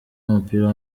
w’umupira